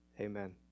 Amen